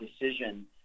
decision